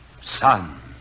Son